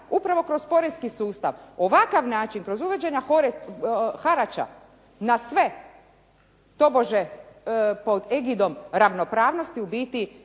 upravo kroz poreski sustav. Ovakav način kroz uvođenja harača na sve tobože pod egidom ravnopravnosti u biti